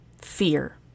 fear